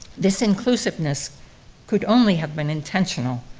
this inclusiveness could only have been intentional,